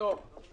זה לא עולה גרוש.